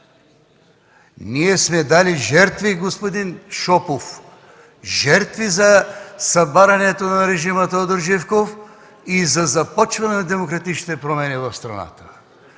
Ние сме дали жертви, господин Шопов, жертви за събарянето на режима на Тодор Живков и за започване на демократичните промени в страната.